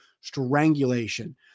strangulation